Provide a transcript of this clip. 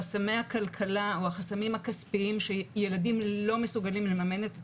חסמי הכלכלה או החסמים הכספיים שילדים לא מסוגלים לממן את הטיפול,